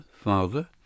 father